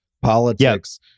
politics